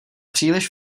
příliš